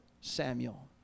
Samuel